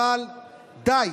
אבל די,